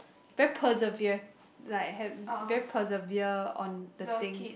very persevere like have very persevere on the thing